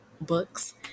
books